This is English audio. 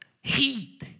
Heat